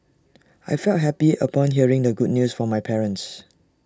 I felt happy upon hearing the good news from my parents